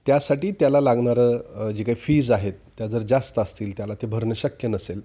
त्यासाठी त्याला लागणारं जी काही फीज आहेत त्या जर जास्त असतील त्याला ते भरणं शक्य नसेल